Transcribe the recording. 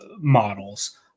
models